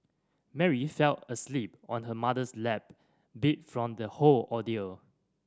Mary fell asleep on her mother's lap beat from the whole ordeal